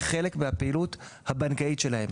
כחלק מהפעילות הבנקאית שלהם.